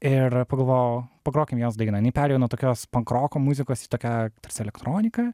ir pagalvojau pagrokim jos dainą jinai perėjo nuo tokios pankroko muzikos į tokią tarsi elektroniką